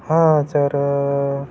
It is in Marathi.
हां सर